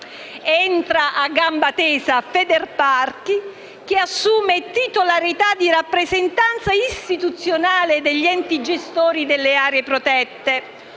Entra a gamba tesa Federparchi, che assume la titolarità di rappresentanza istituzionale degli enti gestori delle aree protette